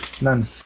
none